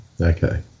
Okay